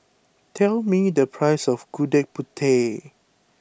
tell me the price of Gudeg Putih